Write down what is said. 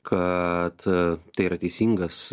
kad tai yra teisingas